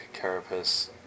carapace